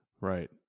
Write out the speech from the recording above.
Right